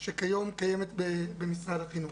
לנושא שכיום קיימת במשרד החינוך.